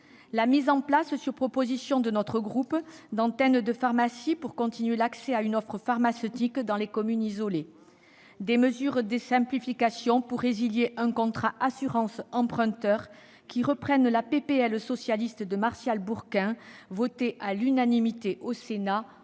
la mise en place, sur proposition de notre groupe, d'antennes de pharmacie pour préserver l'accès à une offre pharmaceutique dans les communes isolées, à des mesures de simplification en matière de résiliation d'un contrat assurance emprunteur, qui reprennent la proposition de loi socialiste de Martial Bourquin adoptée à l'unanimité au Sénat